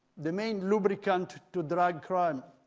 the main lubricant to drug crime.